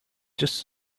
just